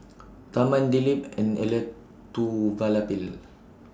Tharman Dilip and Elattuvalapil